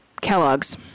Kellogg's